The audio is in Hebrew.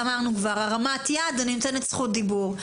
אמרנו, הרמת יד ואני נותנת זכות דיבור.